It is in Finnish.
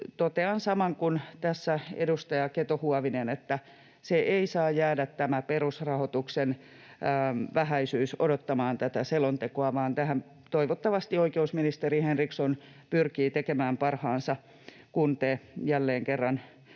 totean saman kuin edustaja Keto-Huovinen: että tämä perusrahoituksen vähäisyys ei saa jäädä odottamaan tätä selontekoa, vaan tämän eteen toivottavasti oikeusministeri Henriksson pyrkii tekemään parhaansa, kun te jälleen kerran